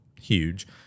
huge